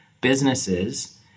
businesses